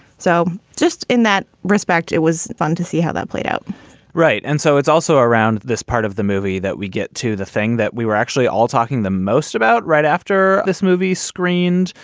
so just in that respect, it was fun to see how that played out right. and so it's also around this part of the movie that we get to, the thing that we were actually all talking the most about right after this movie screened.